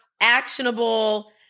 actionable